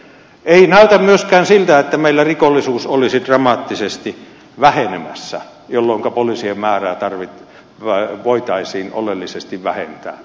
ei näytä myöskään siltä että meillä rikollisuus olisi dramaattisesti vähenemässä jolloinka poliisien määrää voitaisiin oleellisesti vähentää